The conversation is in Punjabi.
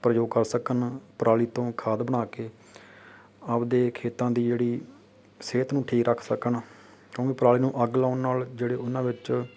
ਪ੍ਰਯੋਗ ਕਰ ਸਕਣ ਪਰਾਲੀ ਤੋਂ ਖਾਦ ਬਣਾ ਕੇ ਆਪਦੇ ਖੇਤਾਂ ਦੀ ਜਿਹੜੀ ਸਿਹਤ ਨੂੰ ਠੀਕ ਰੱਖ ਸਕਣ ਕਿਉਂਕਿ ਪਰਾਲੀ ਨੂੰ ਅੱਗ ਲਾਉਣ ਨਾਲ ਜਿਹੜੇ ਉਹਨਾਂ ਵਿੱਚ